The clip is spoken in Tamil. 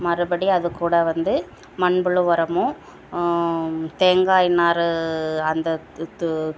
மறுபடி அதுகூட வந்து மண்புழு உரமும் தேங்காய் நார் அந்த த்து